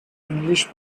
english